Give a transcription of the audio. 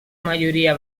majoria